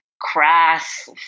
crass